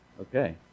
Okay